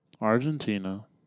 Argentina